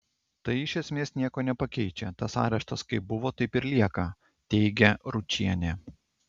tai iš esmės nieko nepakeičia tas areštas kaip buvo taip ir lieka teigia ručienė